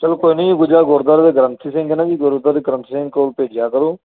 ਚਲੋ ਕੋਈ ਨਹੀਂ ਗੁਜਰਾ ਗੁਰਦੁਆਰੇ ਦੇ ਗ੍ਰੰਥੀ ਸਿੰਘ ਨੇ ਨਾ ਜੀ ਗੁਰਦੁਆਰੇ ਦੇ ਗ੍ਰੰਥੀ ਸਿੰਘ ਕੋਲ ਭੇਜਿਆ ਕਰੋ